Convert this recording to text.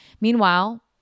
Meanwhile